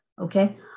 Okay